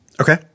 Okay